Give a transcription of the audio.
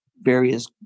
various